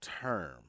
term